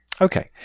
Okay